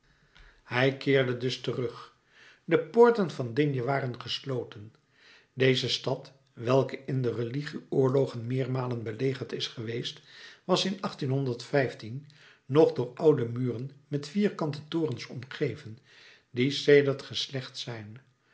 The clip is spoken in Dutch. hij keerde dus terug de poorten van digne waren gesloten deze stad welke in de religie oorlogen meermalen belegerd is geweest was in nog door oude muren met vierkante torens omgeven die sedert geslecht zijn